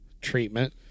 treatment